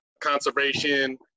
conservation